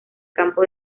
campo